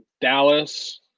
Dallas